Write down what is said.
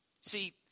See